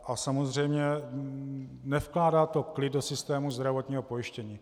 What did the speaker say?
A samozřejmě nevkládá to klid do systému zdravotního pojištění.